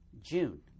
June